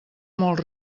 molt